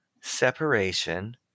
Separation